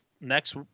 next